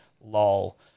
lol